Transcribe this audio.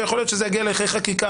ויכול להיות שזה יגיע להליכי חקיקה,